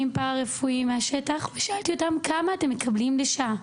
פרא רפואיים מהשטח ושאלתי אותם כמה אתם מקבלים לשעה?